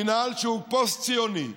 המינהל, שהוא פוסט-ציוני,